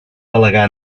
delegar